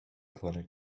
clinic